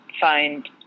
find